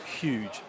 huge